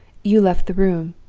you left the room.